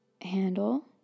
handle